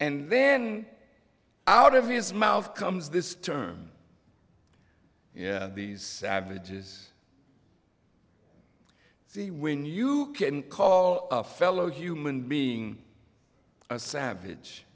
and then out of his mouth comes this term yeah these savages see when you can call a fellow human being a savage